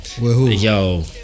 Yo